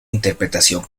interpretación